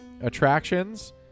attractions